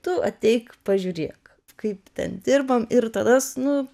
tu ateik pažiūrėk kaip ten dirbam ir tada s nu